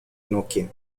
nokia